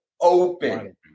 open